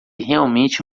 realmente